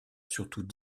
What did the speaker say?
surtout